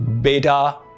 Beta